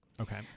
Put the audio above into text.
Okay